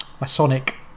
masonic